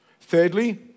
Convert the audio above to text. Thirdly